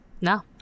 No